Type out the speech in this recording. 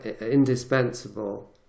indispensable